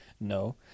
No